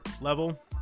level